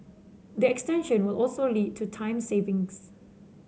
the extension will also lead to time savings